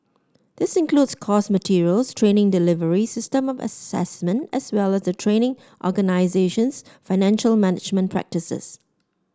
this includes course materials training delivery system of assessment as well as the training organisation's financial management practices